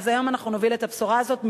היום אנחנו נוביל את הבשורה הזאת.